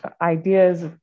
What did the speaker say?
ideas